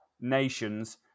nations